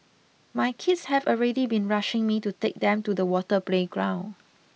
my kids have already been rushing me to take them to the water playground